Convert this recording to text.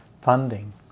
funding